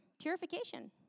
purification